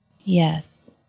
Yes